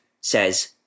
says